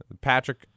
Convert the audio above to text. Patrick